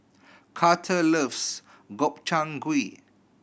Carter loves Gobchang Gui